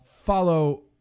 Follow